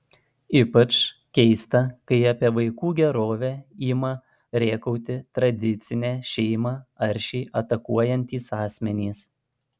ypač keista kai apie vaikų gerovę ima rėkauti tradicinę šeimą aršiai atakuojantys asmenys